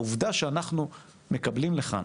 העובדה: אנחנו מקבלים לכאן